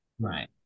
Right